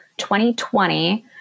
2020